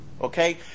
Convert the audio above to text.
Okay